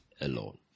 alone